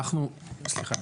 אנחנו, סליחה.